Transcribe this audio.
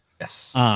Yes